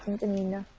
dominguez